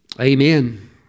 Amen